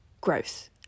growth